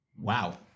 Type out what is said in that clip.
Wow